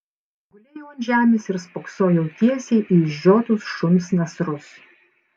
gulėjau ant žemės ir spoksojau tiesiai į išžiotus šuns nasrus